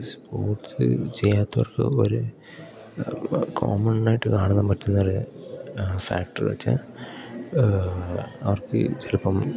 sports ചെയ്യാത്തവർക്ക് ഒരു കോമണായിട്ട് കാണാൻ പറ്റുന്നൊരു ഫാക്ടറ് വെച്ചാൽ അവർക്ക് ചിലപ്പം